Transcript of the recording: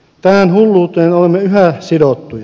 tähän hulluuteen olemme yhä sidottuja